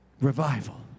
Revival